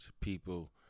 people